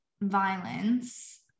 violence